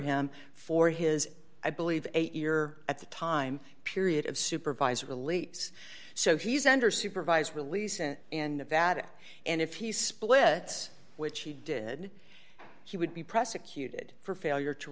him for his i believe eight year at the time period of supervisor release so he's under supervised release and in nevada and if he splits which he did he would be press acute good for failure to